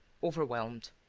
overwhelmed.